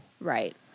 Right